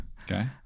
Okay